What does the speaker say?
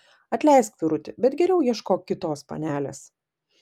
atleisk vyruti bet geriau ieškok kitos panelės